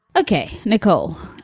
ok, nicole.